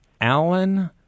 Alan